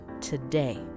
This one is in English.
today